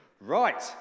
Right